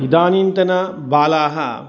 इदानीन्तनबालाः